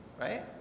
right